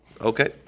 Okay